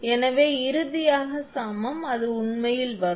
எனவே இறுதியாக சமம் அது உண்மையில் வரும்